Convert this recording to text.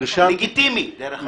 לגיטימי דרך אגב.